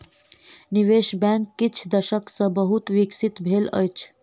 निवेश बैंक किछ दशक सॅ बहुत विकसित भेल अछि